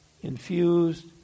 infused